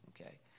Okay